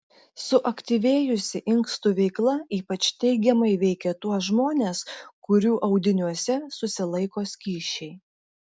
suaktyvėjusi inkstų veikla ypač teigiamai veikia tuos žmones kurių audiniuose susilaiko skysčiai